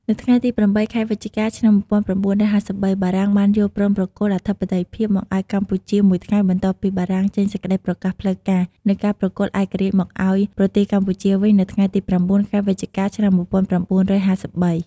នៅថ្ងៃទី៨ ខែវិច្ឆិកា ឆ្នាំ ១៩៥៣ បារាំងបានយល់ព្រមប្រគល់អធិបតេយ្យភាពមកឱ្យកម្ពុជា មួយថ្ងៃបន្ទាប់ពីបារាំងចេញសេចក្ដីប្រកាសផ្លូវការណ៍ នូវការប្រគល់ឯករាជ្យមកឱ្យប្រទេសកម្ពុជាវិញ នៅថ្ងៃទី៩ ខែវិច្ឆិកា ឆ្នាំ ១៩៥៣ ។